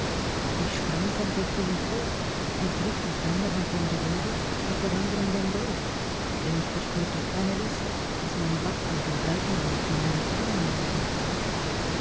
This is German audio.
ich sprang vom bette empor ergriff mit einer hand den revolver mit der anderen den dolch denn ich verspürte keine lust daß meine waffen den gleichen weg wie meine uhr nehmen sollten